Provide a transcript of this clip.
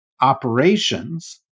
operations